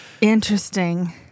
Interesting